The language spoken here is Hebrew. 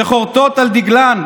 שחורתות על דגלן,